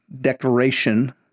declaration